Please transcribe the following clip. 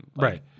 right